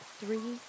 three